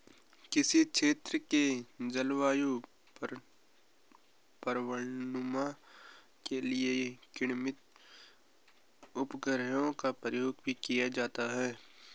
किसी क्षेत्र के जलवायु पूर्वानुमान के लिए कृत्रिम उपग्रहों का प्रयोग भी किया जाता है